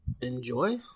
enjoy